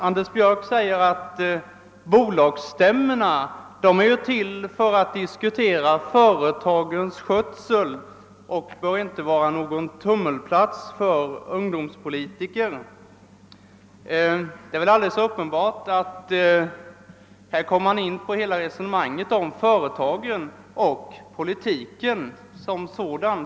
Herr Björck säger att bolagsstämmorna är till för att man skall diskutera företagens skötsel och att de inte bör vara några tummelplatser för ungdomspolitiker. Här kommer vi in på hela resonemanget om företagen och politiken som sådan.